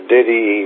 Diddy